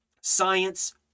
Science